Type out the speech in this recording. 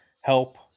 help